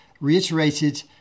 reiterated